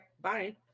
bye